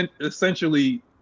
essentially